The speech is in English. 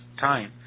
time